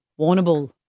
Warnable